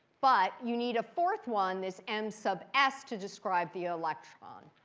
but you need a fourth one, this m sub s to describe the electron.